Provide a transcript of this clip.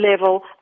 level